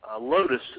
Lotus